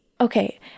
Okay